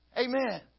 Amen